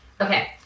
Okay